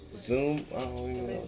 Zoom